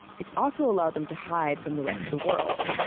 it's also allowed them to hide from the rest of the world.